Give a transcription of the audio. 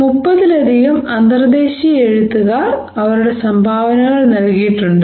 മുപ്പതിലധികം അന്തർദ്ദേശീയ എഴുത്തുകാർ അവരുടെ സംഭാവനകൾ നൽകിയുട്ടുണ്ട്